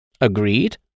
Agreed